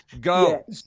Go